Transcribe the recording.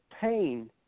pain